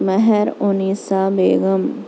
مہر النّساء بیگم